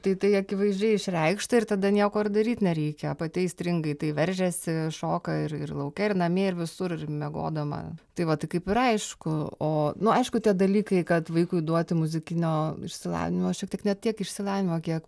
tai tai akivaizdžiai išreikšta ir tada nieko ir daryt nereikia pati aistringai į tai veržiasi šoka ir ir lauke ir namie ir visur ir miegodama tai va tai kaip ir aišku o nu aišku tie dalykai kad vaikui duoti muzikinio išsilavinimo šiek tiek ne tiek išsilavinimo kiek